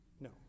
No